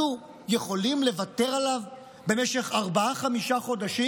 אנחנו יכולים לוותר עליו במשך ארבעה-חמישה חודשים?